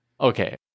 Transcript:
Okay